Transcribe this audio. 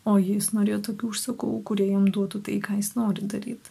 o jis norėjo tokių užsakovų kurie jums duotų tai ką jis nori daryt